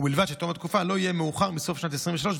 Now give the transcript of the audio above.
ובלבד שתום התקופה לא יהיה מאוחר מסוף שנת 2023,